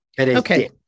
Okay